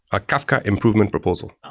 a kafka improvement proposal.